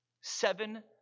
Seven